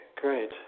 Great